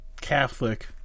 Catholic